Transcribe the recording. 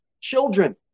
children